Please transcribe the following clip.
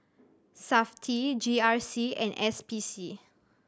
Safti G R C and S P C